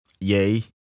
yay